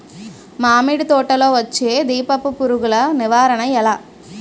మామిడి తోటలో వచ్చే దీపపు పురుగుల నివారణ ఎలా?